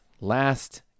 last